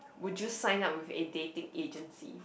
would you sign up with a dating agency